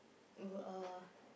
wh~ uh